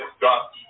got